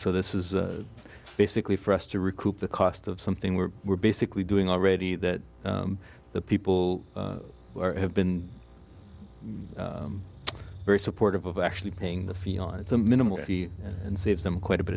so this is basically for us to recoup the cost of something we were basically doing already that the people have been very supportive of actually paying the fee on it's a minimal fee and saves them quite a bit